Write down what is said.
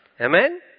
Amen